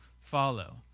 follow